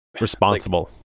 responsible